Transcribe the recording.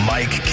Mike